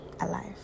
alive